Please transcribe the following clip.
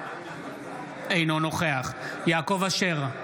אינו נוכח יעקב אשר,